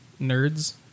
nerds